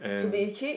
and